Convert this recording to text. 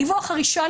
הדיווח הראשון,